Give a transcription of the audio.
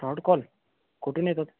fraud call कुठून येतात